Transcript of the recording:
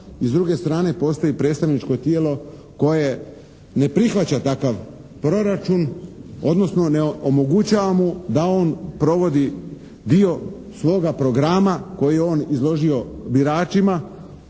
I s druge strane, postoji predstavničko tijelo koje ne prihvaća takav proračun odnosno ne omogućava mu da on provodi dio svoga programa koji je on izložio biračima